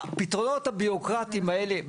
הפתרונות הבירוקרטיים האלו,